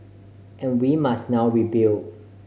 and we must now rebuild